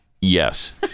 Yes